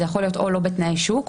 זה יכול להיות או לא בתנאי שוק,